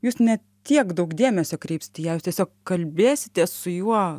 jūs ne tiek daug dėmesio kreipsit į ją jūs tiesiog kalbėsitės su juo